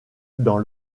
dans